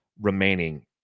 remaining